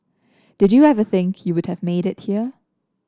did you ever think you would have made it here